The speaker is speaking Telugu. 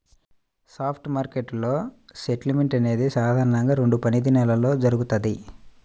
స్పాట్ మార్కెట్లో సెటిల్మెంట్ అనేది సాధారణంగా రెండు పనిదినాల్లో జరుగుతది,